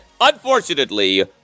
unfortunately